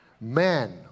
Man